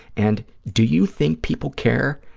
and do you think people care?